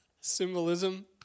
Symbolism